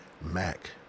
Mac